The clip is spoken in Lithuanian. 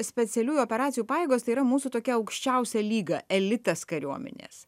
specialiųjų operacijų pajėgos tai yra mūsų tokia aukščiausia lyga elitas kariuomenės